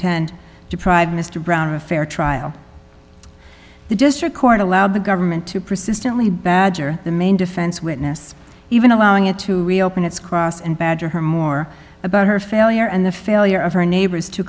contend deprive mr brown of a fair trial the district court allowed the government to persistently badger the main defense witness even allowing it to reopen its cross and badger her more about her failure and the failure of her neighbors to